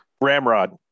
Ramrod